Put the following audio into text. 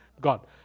God